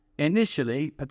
Initially